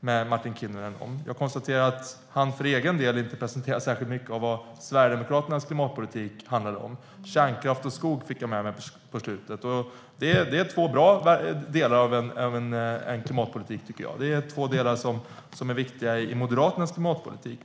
med Martin Kinnunen om. Jag konstaterar att han inte presenterar särskilt mycket av vad Sverigedemokraternas klimatpolitik handlar om. Kärnkraft och skog fick jag med på slutet. Och det är två bra delar i en klimatpolitik. Det är två delar som är viktiga i Moderaternas klimatpolitik.